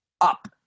up